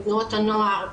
בתנועות הנוער,